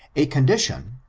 a condition,